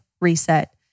reset